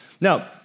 Now